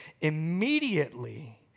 immediately